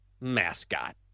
mascot